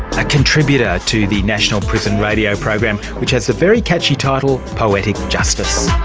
a contributor to the national prison radio program which has a very catchy title, poetic justice.